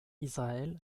israël